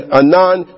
anon